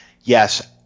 Yes